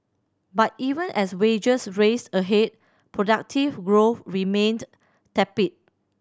but even as wages raced ahead productivity growth remained tepid